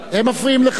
הם מפריעים לך?